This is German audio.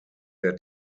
der